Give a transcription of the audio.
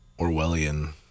Orwellian